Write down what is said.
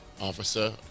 officer